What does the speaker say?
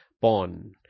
pawn